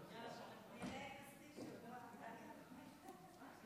ההצעה להעביר את הצעת חוק הרשות השנייה לטלוויזיה ורדיו